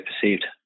perceived